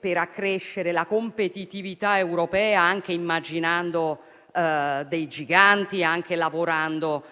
per accrescere la competitività europea anche immaginando giganti, lavorando